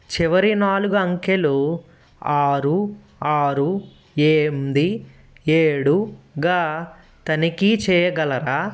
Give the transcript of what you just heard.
చివరి నాలుగు అంకెలు ఆరు ఆరు ఎనిమిది ఏడుగా తనిఖీ చేయగలరా